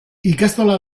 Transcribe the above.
ikastola